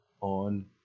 on